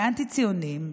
לאנטי-ציונים,